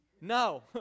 No